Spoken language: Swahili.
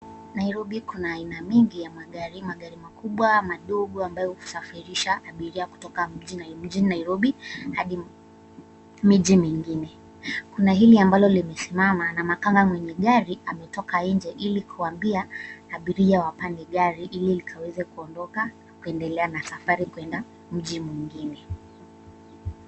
Nairobi kuna aina mingi ya magari, magari mandogo, makubwa ambayo husafirisha abiria kutoka mjini Nairobi hadi miji mingine . Kuna hili ambalo limesimama , na makanga mwenye gari ametoka nje ili kuambia abiria wapande gari ili ikaweze kuondoka na kuendelea na safari kwenda mji mwingine.